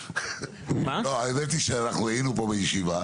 האמת שאנחנו היינו פה בישיבה,